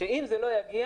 והחשש שזה לא יגיע